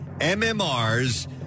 MMR's